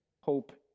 hope